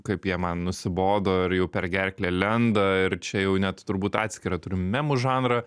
kaip jie man nusibodo ir jau per gerklę lenda ir čia jau net turbūt atskirą turim memų žanrą